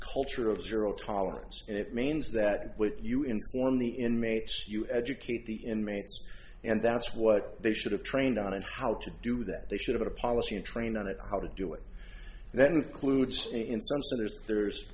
culture of zero tolerance and it means that you inform the inmates you educate the inmates and that's what they should have trained on how to do that they should have a policy and trained on it how to do it and then clued in so so there's there's